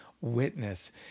witness